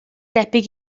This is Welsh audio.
debyg